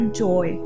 joy